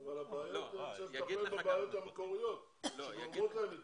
אבל צריך לטפל בבעיות המקוריות שגורמות להם להתאבד.